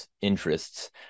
interests